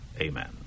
Amen